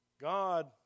God